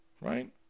right